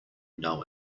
know